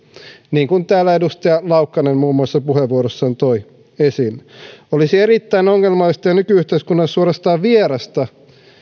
niin kuin täällä edustaja laukkanen muun muassa puheenvuorossaan toi esiin olisi erittäin ongelmallista ja nyky yhteiskunnalle suorastaan vierasta